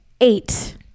eight